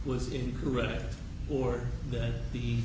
was incorrect or that the